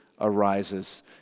arises